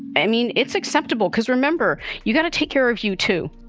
i mean, it's acceptable because remember, you got to take care of you, too.